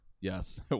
Yes